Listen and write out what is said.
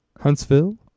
huntsville